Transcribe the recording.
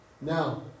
Now